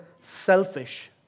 selfish